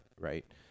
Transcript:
right